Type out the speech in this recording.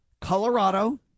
Colorado